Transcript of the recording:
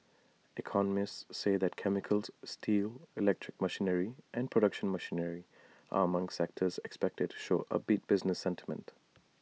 economists say that chemicals steel electric machinery and production machinery are among sectors expected to show upbeat business sentiment